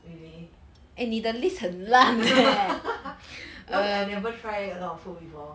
really because I never try a lot of food before